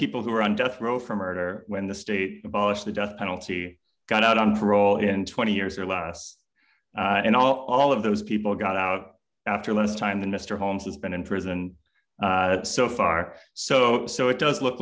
people who are on death row for murder when the state abolished the death penalty got out on parole in twenty years or less and all of those people got out after less time than mr holmes has been in prison so far so so it does look